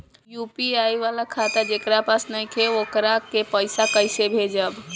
UPI वाला खाता जेकरा पास नईखे वोकरा के पईसा कैसे भेजब?